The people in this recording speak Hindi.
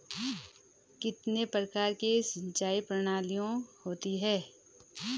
कितने प्रकार की सिंचाई प्रणालियों होती हैं?